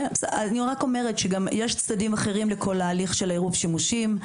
יש גם צדדים אחרים לכל ההליך של עירוב שימושים,